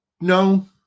No